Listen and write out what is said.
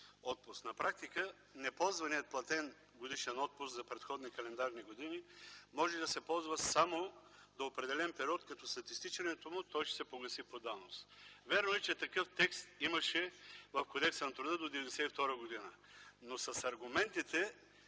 На практика неползваният платен годишен отпуск за предходни календарни години може да се ползва само до определен период, като след изтичането му той ще се погаси по давност. Вярно е, че такъв текст имаше в Кодекса на труда до 1992 г., но с аргументите,